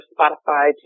Spotify